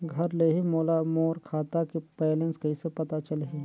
घर ले ही मोला मोर खाता के बैलेंस कइसे पता चलही?